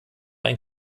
ein